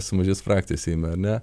sumažės frakcija seime ar ne